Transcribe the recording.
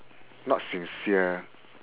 not sincere